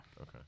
Okay